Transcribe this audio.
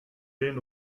den